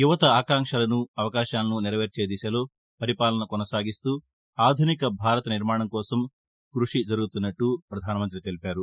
యువత ఆకాంక్షలను అవకాశాలను నెరవేర్చే దిశలో పరిపాలన కొనసాగిస్తూ ఆధునిక భారత్ నిర్మాణం కోసం కృషి జరుగుతున్నట్ల ఆయన తెలిపారు